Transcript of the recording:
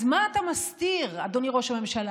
אז מה אתה מסתיר, אדוני ראש הממשלה?